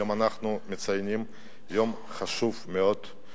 היום אנחנו מציינים יום חשוב מאוד,